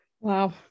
Wow